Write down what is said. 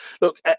Look